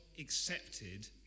accepted